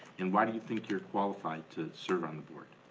and why do you think you're qualified to serve on the board?